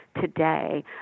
today